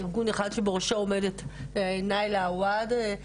ארגון אחד שבראשו עומדת נאילה עואד,